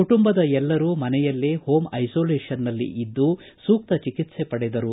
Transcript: ಕುಟುಂಬದ ಎಲ್ಲರೂ ಮನೆಯಲ್ಲೇ ಹೋಮ್ ಐಸೋಲೇಷನ್ನಲ್ಲಿ ಇದ್ದು ಸೂಕ್ತ ಚಿಕಿತ್ಸೆ ಪಡೆದರು